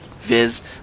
viz